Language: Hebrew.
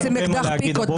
יש הרבה מה להגיד?